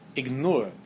ignore